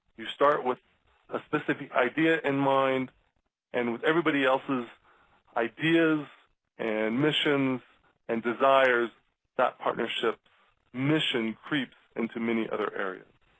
you start with a specific idea in mind and with everyone else's ideas and missions and desires that partnerships mission creeps into many other areas.